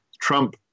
Trump